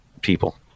people